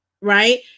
right